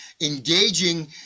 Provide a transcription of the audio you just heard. Engaging